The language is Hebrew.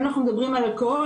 אנחנו מדברים על אלכוהול,